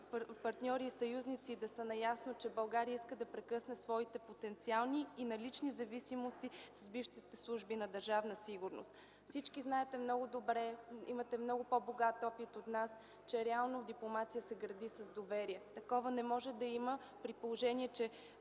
партньори и съюзници да са наясно, че България иска да прекъсне своите потенциални и налични зависимости с бившите служби на Държавна сигурност. Всички знаете много добре, имате много по-богат опит от нас, че реално дипломация се гради с доверие. Такова не може да има, при положение че